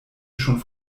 schon